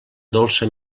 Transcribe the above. dolça